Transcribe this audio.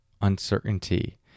uncertainty